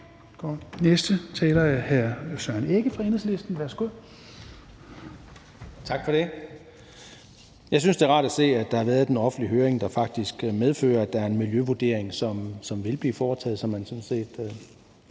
(Ordfører) Søren Egge Rasmussen (EL): Tak for det. Jeg synes, det er rart at se, at der har været en offentlig høring, der faktisk medfører, at der er en miljøvurdering, som vil blive foretaget, så man sådan set